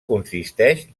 consisteix